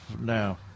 now